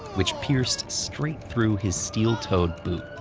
which pierced straight through his steel-toed boot.